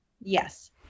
Yes